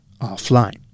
offline